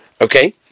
Okay